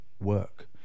work